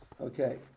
Okay